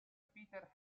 peter